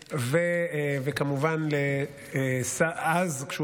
וכמובן לשר שכיבד אותנו בנוכחותו,